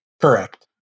Correct